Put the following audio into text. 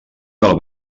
del